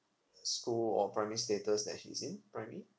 school or primary status that he's in primary